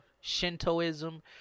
Shintoism